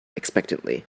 expectantly